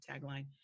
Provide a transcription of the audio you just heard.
tagline